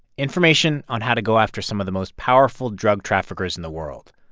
information on how to go after some of the most powerful drug traffickers in the world.